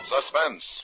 Suspense